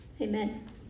Amen